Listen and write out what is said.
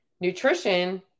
Nutrition